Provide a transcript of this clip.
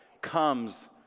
comes